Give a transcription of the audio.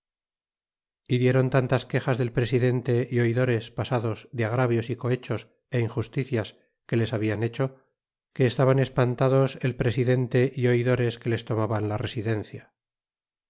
dieron tantas quexas del presidente é oidores pasados de agravios y cohechos y injusticias que les habian hecho que estaban espantados el presidente é oidores que les tomaban la residencia